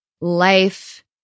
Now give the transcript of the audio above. life